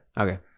Okay